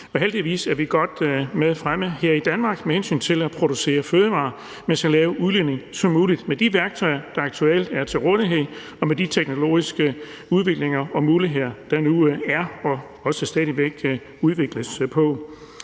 og heldigvis er vi godt med fremme her i Danmark med hensyn til at producere fødevarer med så lav udledning som muligt og med de værktøjer, som aktuelt er til rådighed, og med den teknologiske udvikling og de muligheder, der nu er, og som der stadig væk udvikles på.